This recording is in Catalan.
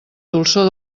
dolçor